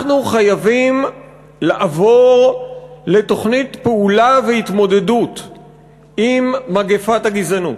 אנחנו חייבים לעבור לתוכנית פעולה והתמודדות עם מגפת הגזענות.